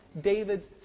David's